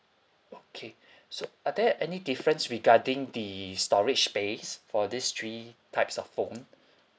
okay so are there any difference regarding the storage space for these three types of phone